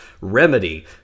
Remedy